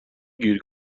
گیر